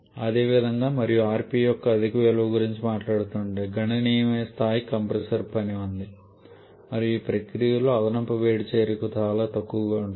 అదేవిధంగా మనము rp యొక్క అధిక విలువ గురించి మాట్లాడుతుంటే గణనీయమైన స్థాయిలో కంప్రెసర్ పని ఉంది మరియు ఈ ప్రక్రియలో అదనపు వేడి చేరిక చాలా తక్కువగా ఉంటుంది